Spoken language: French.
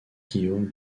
guillaume